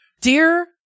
Dear